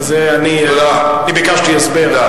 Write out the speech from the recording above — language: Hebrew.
כי ביקשתי הסבר.